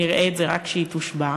נראה את זה רק כשהיא תושבע,